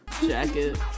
jacket